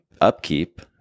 upkeep